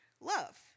love